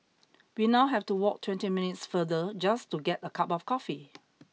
we now have to walk twenty minutes farther just to get a cup of coffee